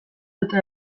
dute